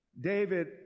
David